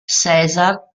césar